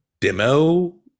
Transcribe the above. demo